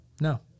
no